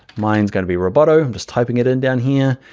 mine's gonna be roboto. i'm just typing it in down here,